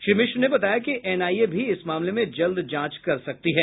श्री मिश्र ने बताया कि एनआईए भी इस मामले में जल्द जांच कर सकती है